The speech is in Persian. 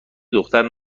دختر